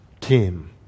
team